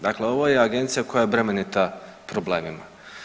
Dakle ovo je Agencija koja je bremenita problemima.